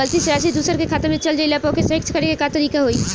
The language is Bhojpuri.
गलती से राशि दूसर के खाता में चल जइला पर ओके सहीक्ष करे के का तरीका होई?